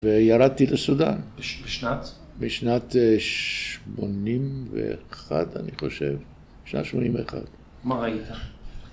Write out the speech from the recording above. ‫וירדתי לסודן. ‫-בשנת? ‫בשנת 81', אני חושב. ‫בשנת 81'. ‫מה ראית?